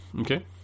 Okay